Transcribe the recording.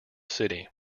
city